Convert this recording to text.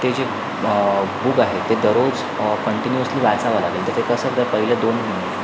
ते जे बुक आहे ते दरोज कंटिन्यूअसली वाचावं लागेल तर ते कसं तर पहिले दोन महिने